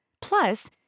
Plus